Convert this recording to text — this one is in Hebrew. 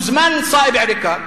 הוזמן סאיב עריקאת